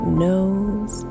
knows